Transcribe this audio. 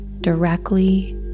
directly